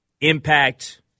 impact